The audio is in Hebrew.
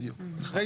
בדיוק.